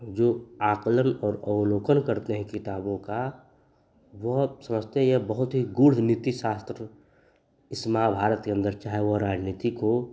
जो आकलन और अवलोकन करते हैं किताबों का वह समझते हैं यह बहुत ही गूढ़ नीतिशास्त्र इस महाभारत के अन्दर चाहे वह राज़नीतिक हो